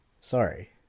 sorry